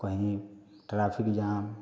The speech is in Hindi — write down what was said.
कहीं ट्रैफिक जाम